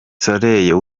soeur